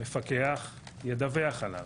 המדווח ידווח עליו.